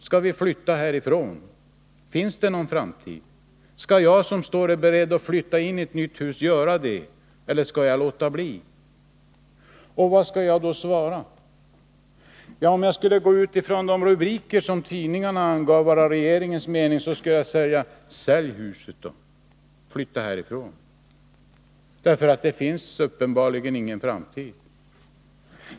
Skall vi flytta härifrån? Finns det någon framtid? Skall jag som står beredd att flytta in i ett nytt hus göra det, eller skall jag låta bli? Och vad skall jag då svara? Om jag skulle gå ut ifrån de rubriker som tidningarna angett vara regeringens mening skulle jag säga: Sälj huset och flytta härifrån, för det finns uppenbarligen ingen framtid.